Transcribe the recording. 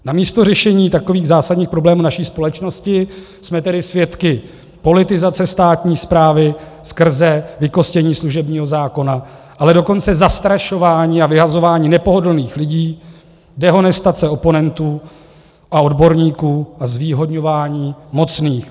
Namísto řešení zásadních problémů naší společnosti jsme tedy svědky politizace státní správy skrze vykostění služebního zákona, ale dokonce zastrašování a vyhazování nepohodlných lidí, dehonestace oponentů a odborníků a zvýhodňování mocných.